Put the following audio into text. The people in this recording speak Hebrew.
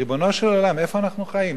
ריבונו של עולם, איפה אנחנו חיים?